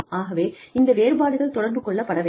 ஆகவே இந்த வேறுபாடுகள் தொடர்பு கொள்ளப் பட வேண்டும்